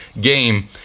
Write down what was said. game